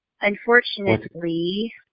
Unfortunately